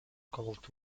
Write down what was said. called